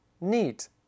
Neat